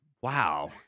wow